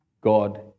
God